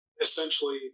essentially